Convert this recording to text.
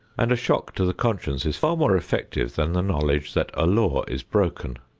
and a shock to the conscience is far more effective than the knowledge that a law is broken.